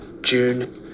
June